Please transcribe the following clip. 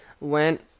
went